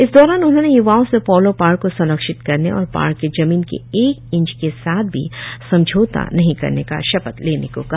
इस दौरान उन्होंने य्वाओं से पोलो पार्क को संरक्षित करने और पार्क के जमीन के एक इंच के साथ भी समझौता नहीं करने का शपथ लेने को कहा